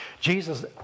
Jesus